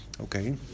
okay